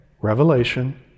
Revelation